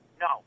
no